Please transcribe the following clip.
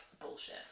bullshit